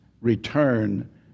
return